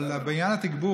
אבל בעניין התגבור,